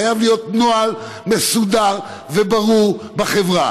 חייב להיות נוהל מסודר וברור בחברה